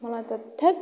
मलाई त थेत्